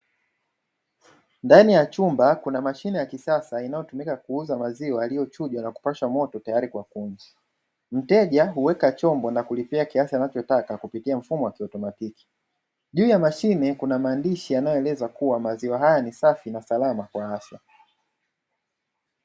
Ndani ya chumba kuna mashine ya kisasa inayotumika kuuza maziwa yaliyochujwa na kupashwa moto tayari kwa kunywa, mteja huweka chombo na kulipia kiasi anachotaka kupitia mfumo wa kiautomatiki, juu ya mashine kuna maandishi yanayoeleza kuwa maziwa hayo ni safi na salama kwa afya.